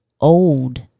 old